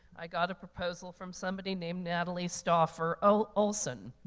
i got a proposal from somebody named natalie stauffer, oh, olsen.